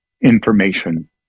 information